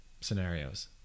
scenarios